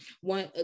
one